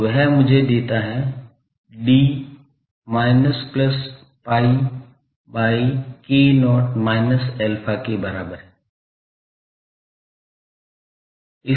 तो वह मुझे देता है d minus plus pi by k0 minus alpha के बराबर है